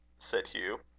said hugh.